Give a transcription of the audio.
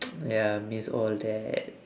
ya miss all that